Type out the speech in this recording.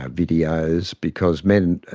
ah videos, because men,